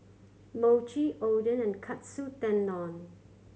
Mochi Oden and Katsu Tendon